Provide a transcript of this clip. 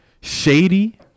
Shady